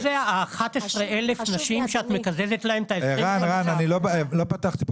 ה-11,000 נשים שאת מקזזת להן --- לא לכולם.